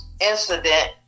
incident